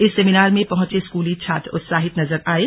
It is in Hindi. इस सेमिनार में पहंचे स्कूली छात्र उत्साहित नजर आये